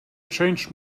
changed